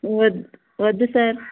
వ వద్దు సార్